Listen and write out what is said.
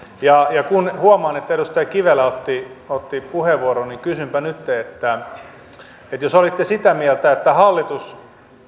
ja kun huomaan että edustaja kivelä otti otti puheenvuoron niin kysynpä nytten että jos olitte sitä mieltä että hallitus